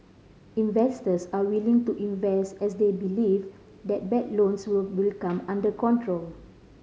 investors are willing to invest as they believe that bad loans will come under control